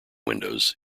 windows